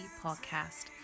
podcast